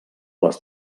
les